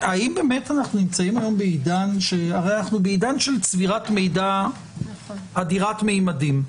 הרי אנחנו בעידן של צבירת מידע אדירת ממדים.